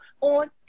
on